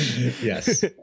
yes